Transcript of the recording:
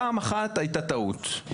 פעם אחת הייתה טעות.